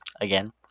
again